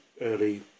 early